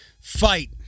fight